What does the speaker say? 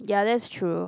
ya that's true